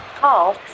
Call